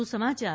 વધુ સમાચાર